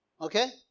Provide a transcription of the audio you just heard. Okay